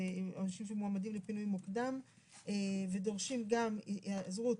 אנשים שמועמדים לפינוי מוקדם ודורשים גם היעזרות